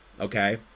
okay